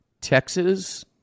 Texas